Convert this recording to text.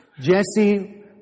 Jesse